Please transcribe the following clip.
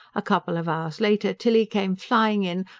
a couple of hours later tilly came flying in,